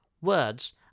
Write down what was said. words